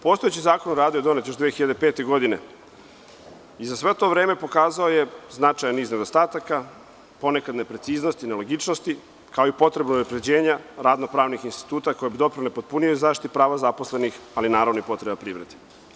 Postojeći Zakon o radu je donet još 2005. godine i za sve to vreme pokazao je značajan niz nedostataka, ponekad nepreciznosti, nelogičnosti, kao i potrebu unapređenja radno-pravnih instituta, koje bi doprinele potpunijoj zaštiti prava zaposlenih, ali naravno i potreba privrede.